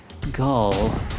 Gull